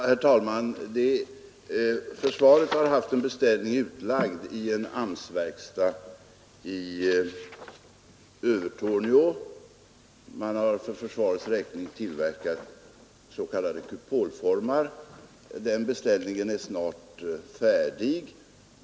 Herr talman! Försvaret har haft en beställning utlagd i en AMS verkstad i Övertorneå. Man har där för försvarets räkning tillverkat s.k. kupolformar. Sex man har varit sysselsatta med detta inom AMS-verkstaden. Den beställningen är snart färdig.